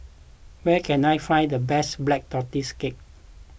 where can I find the best Black Tortoise Cake